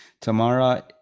Tamara